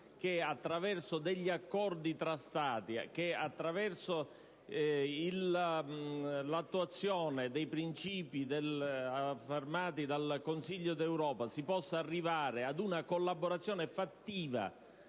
che, attraverso accordi tra Stati e attraverso l'attuazione dei principi affermati dal Consiglio europeo, si possa arrivare ad una collaborazione fattiva